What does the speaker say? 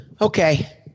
Okay